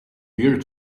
weird